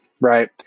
right